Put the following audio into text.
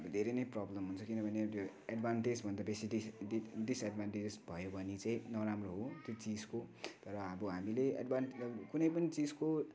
धेरै नै प्रबलम हुन्छ किनभने त्यो एडभान्टेजभन्दा बेसी डिस डिसएडभान्टेजेस भयो भने चाहिँ नराम्रो हो त्यो चिजको तर अब हामीले एडभान कुनैपनि चिजको